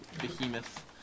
behemoth